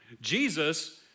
Jesus